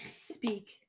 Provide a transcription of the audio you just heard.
Speak